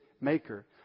maker